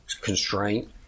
constraint